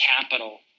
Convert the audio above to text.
capital